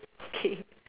okay